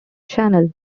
channel